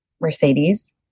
Mercedes